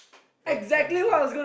very camp's stuff